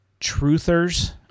truthers